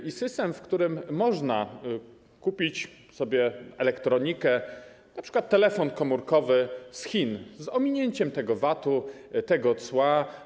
Jest też system, w którym można kupić sobie elektronikę, np. telefon komórkowy, z Chin, z ominięciem tego VAT, tego cła.